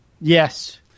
Yes